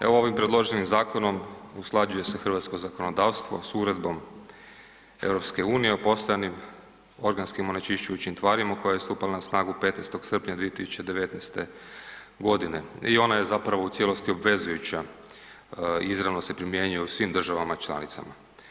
Evo ovim predloženim zakonom usklađuje se hrvatsko zakonodavstvo s Uredbom EU o postojanim organskim onečišćujućim tvarima koje je nastupila na snagu 15.srpnja 2019.godine i ona je zapravo u cijelosti obvezujuća i izravno se primjenjuje u svim državama članicama.